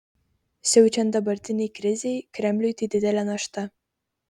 siaučiant dabartinei krizei kremliui tai didelė našta